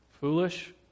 Foolish